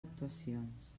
actuacions